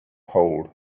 hold